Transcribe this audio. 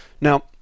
Now